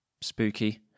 spooky